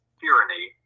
tyranny